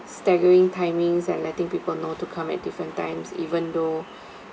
staggering timings and letting people know to come at different times even though